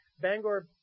Bangor